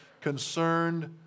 concerned